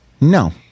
No